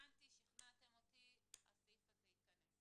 שכנעתם אותי והסעיף הזה יכנס.